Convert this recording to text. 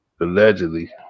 Allegedly